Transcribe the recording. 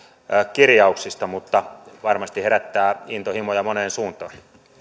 kirjauksista mutta varmasti herättää intohimoja moneen suuntaan